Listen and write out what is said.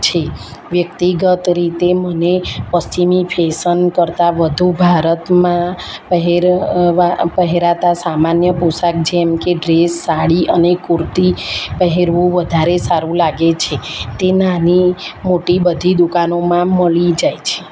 છે વ્યક્તિગત રીતે મને પશ્ચિમી ફેસન કરતાં વધુ ભારતમાં પહેરાતા સામાન્ય પોશાક જેમકે ડ્રેસ સાડી અને કુર્તી પહેરવું વધારે સારું લાગે છે તે નાની મોટી બધી દુકાનોમાં મળી જાય છે